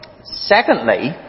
Secondly